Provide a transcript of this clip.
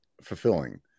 fulfilling